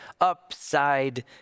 upside